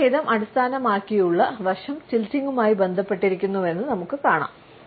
ലിംഗഭേദം അടിസ്ഥാനമാക്കിയുള്ള വശം റ്റിൽറ്റിംഗ്മായി ബന്ധപ്പെട്ടിരിക്കുന്നുവെന്ന് നമുക്കു കാണാം